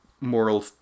Moral